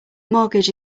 mortgage